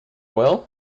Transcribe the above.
will